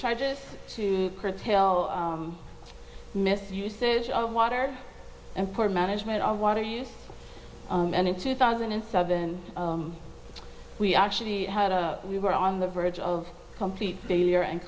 chargers to curtail our miss usage of water and poor management of water use and in two thousand and seven we actually had a we were on the verge of complete failure and